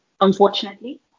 unfortunately